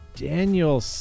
Daniel